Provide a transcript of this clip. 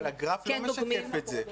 אבל הגרף לא משקף את זה,